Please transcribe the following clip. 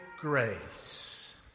grace